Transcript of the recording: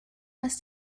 must